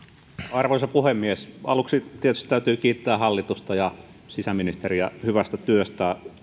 arvoisa puhemies aluksi tietysti täytyy kiittää hallitusta ja sisäministeriä hyvästä työstä